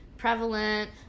Prevalent